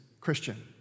Christian